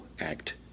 act